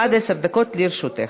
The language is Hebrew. עד עשר דקות לרשותך.